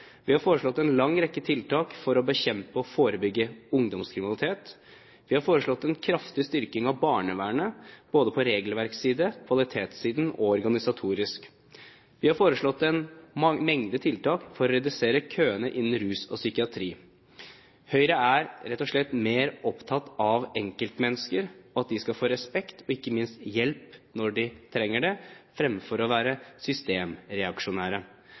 Vi har foreslått en lang rekke tiltak for å bekjempe og forebygge ungdomskriminalitet. Vi har foreslått en kraftig styrking av barnevernet, både på regelverkssiden, kvalitetssiden og organisatorisk. Vi har foreslått en mengde tiltak for å redusere køene innen rus og psykiatri. Høyre er rett og slett mer opptatt av enkeltmennesker, at de skal få respekt og ikke minst hjelp når de trenger det, fremfor å være systemreaksjonære.